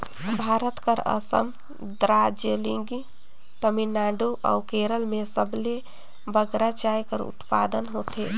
भारत कर असम, दार्जिलिंग, तमिलनाडु अउ केरल में सबले बगरा चाय कर उत्पादन होथे